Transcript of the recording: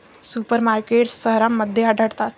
super markets शहरांमध्ये आढळतात